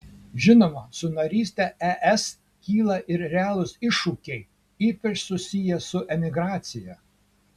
žinoma su naryste es kyla ir realūs iššūkiai ypač susiję su emigracija